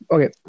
Okay